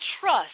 trust